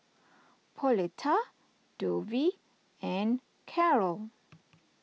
Pauletta Dovie and Karol